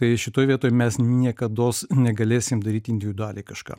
tai šitoj vietoj mes niekados negalėsim daryti individualiai kažką